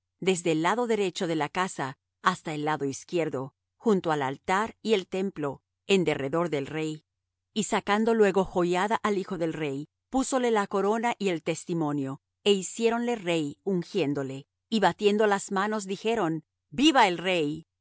desde el lado derecho de la casa hasta el lado izquierdo junto al altar y el templo en derredor del rey sacando luego joiada al hijo del rey púsole la corona y el testimonio é hiciéronle rey ungiéndole y batiendo las manos dijeron viva el rey